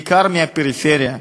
בעיקר בפריפריה,